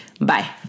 Bye